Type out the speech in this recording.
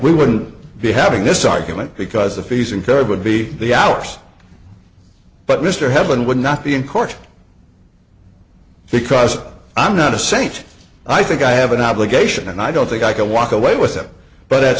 we wouldn't be having this argument because the fees incurred would be the hours but mr heben would not be in court because i'm not a saint i think i have an obligation and i don't think i can walk away with it but at